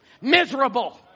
Miserable